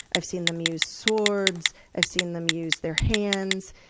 i've seen them use swords, i've seen them use their hands,